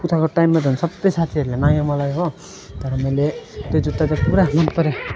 पूजाको टाइममा त झन् सबै साथीहरूले माग्यो मलाई हो तर मैले त्यो जुत्ता चाहिँ पुरा मनपऱ्यो